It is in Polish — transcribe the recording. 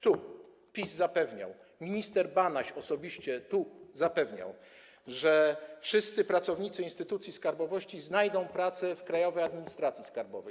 Tu PiS zapewniał, minister Banaś osobiście tu zapewniał, że wszyscy pracownicy instytucji skarbowości znajdą pracę w Krajowej Administracji Skarbowej.